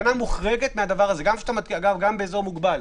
הפגנה מוחרגת מזה, אגב, גם באזור מוגבל.